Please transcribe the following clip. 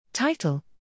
Title